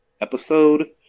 episode